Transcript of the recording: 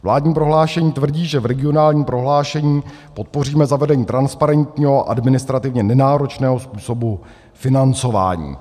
Vládní prohlášení tvrdí, že v regionálním prohlášení podpoříme zavedení transparentního, administrativně nenáročného způsobu financování.